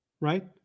Right